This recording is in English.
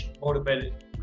motivated